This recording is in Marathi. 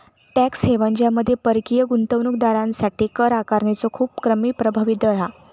टॅक्स हेवन ज्यामध्ये परकीय गुंतवणूक दारांसाठी कर आकारणीचो खूप कमी प्रभावी दर हा